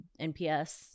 NPS